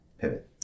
pivot